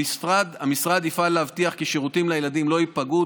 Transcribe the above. המשרד יפעל להבטיח כי שירותים לילדים לא ייפגעו,